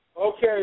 Okay